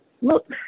Look